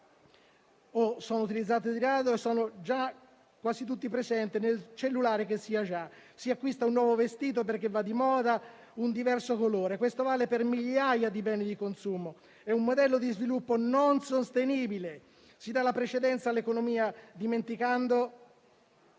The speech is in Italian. o sono utilizzate di rado e che sono già quasi tutte presenti nel cellulare che si ha già. Si acquista un nuovo vestito perché va di moda e in un diverso colore. Questo vale per migliaia di beni di consumo. È un modello di sviluppo non sostenibile. Si dà la precedenza all'economia, dimenticando